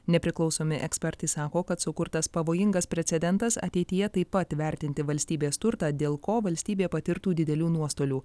nepriklausomi ekspertai sako kad sukurtas pavojingas precedentas ateityje taip pat vertinti valstybės turtą dėl ko valstybė patirtų didelių nuostolių